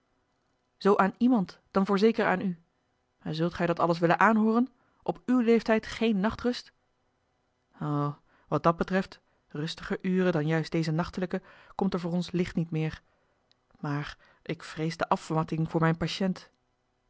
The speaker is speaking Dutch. zoo aan iemand dan voorzeker aan u maar zult gij dat alles willen aanhooren op uw leeftijd geen nachtrust o wat dàt betreft rustiger ure dan juist deze nachtelijke komt er voor ons licht niet meer maar ik vrees de afmatting voor mijn patiënt